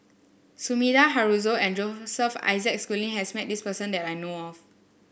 Sumida Haruzo and Joseph Isaac Schooling has met this person that I know of